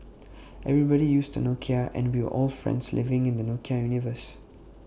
everybody used A Nokia and we were all friends living in the Nokia universe